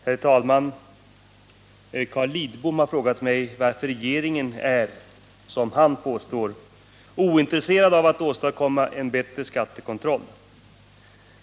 Herr talman! Carl Lidbom har frågat mig varför regeringen är — som han påstår — ointresserad av att åstadkomma en bättre skattekontroll.